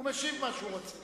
הוא משיב מה שהוא רוצה.